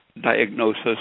diagnosis